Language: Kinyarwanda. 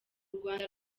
rwanda